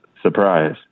Surprise